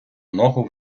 ногу